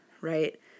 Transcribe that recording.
right